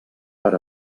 per